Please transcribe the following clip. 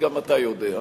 וגם אתה יודע.